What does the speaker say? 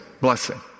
blessing